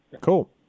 Cool